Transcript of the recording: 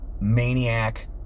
maniac